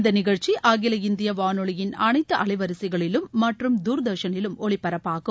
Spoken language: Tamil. இந்த நிகழ்ச்சி அகில இந்திய வானொலியின் அனைத்து அலைவரிசைகளிலும் மற்றும் தூர்தர்ஷனிலும் ஒலிபரப்பாகும்